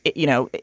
you know,